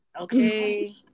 Okay